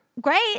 great